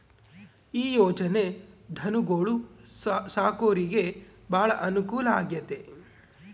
ಈ ಯೊಜನೆ ಧನುಗೊಳು ಸಾಕೊರಿಗೆ ಬಾಳ ಅನುಕೂಲ ಆಗ್ಯತೆ